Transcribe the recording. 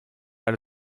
alle